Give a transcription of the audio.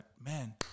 Man